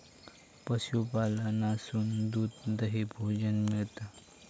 पशूपालनासून दूध, दही, भोजन मिळता